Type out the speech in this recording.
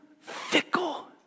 fickle